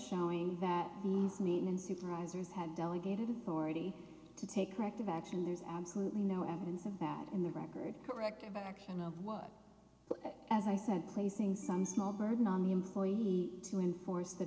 showing that these mean supervisors have delegated authority to take corrective action there's absolutely no evidence of that in the record corrective action of what as i said placing some small burden on the employee to enforce the